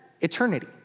eternity